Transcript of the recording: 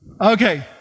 Okay